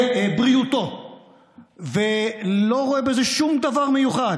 בבריאותו ולא רואה בזה שום דבר מיוחד,